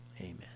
Amen